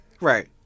Right